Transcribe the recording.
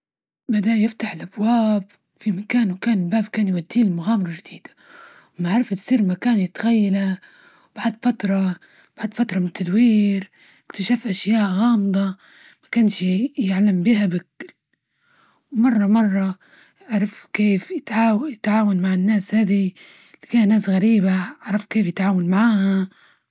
بدا يفتح الأبواب في مكانه، مكان الباب، كان يودية لمغامرة جديدة، ومعرفة تصير مكان يتخيله. وبعد فترة- بعد فترة من التدوير اكتشاف أشياء غامضة ما كانش يعلم بيها بك. ومرة- مرة عرفت كيف يتعاو- يتعاون مع الناس هذى، فى ناس غريبة، عرف كيف يتعامل معاها.